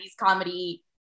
comedy